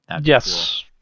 Yes